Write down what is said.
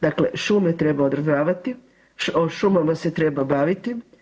Dakle, šume treba održavati, šumama se treba baviti.